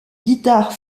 guitare